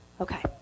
Okay